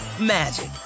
magic